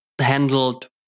handled